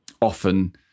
often